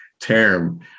term